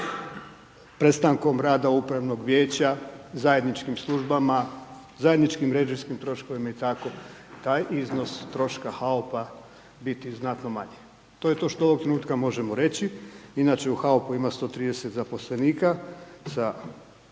prestankom rada upravnog vijeća zajedničkim službama, zajedničkim mrežastim troškovima i tako taj iznos troška HAUP-a biti jako manji. To je to što ovoga trenutka možemo reći, inače u HAUP-u ima 130 zaposlenika sa